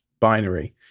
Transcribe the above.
binary